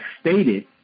stated